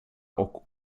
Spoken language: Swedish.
och